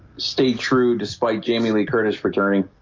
stay true. despite jamie lee curtis returning